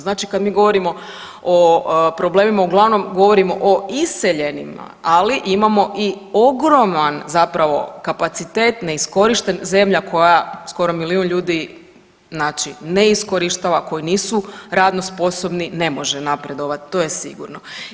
Znači kad mi govorimo o problemima uglavnom govorimo o iseljenima, ali imamo i ogroman zapravo kapacitet neiskorišten, zemlja koja skoro milijun ljudi znači ne iskorištava, koji nisu radno sposobni ne može napredovati to je sigurno.